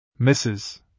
Mrs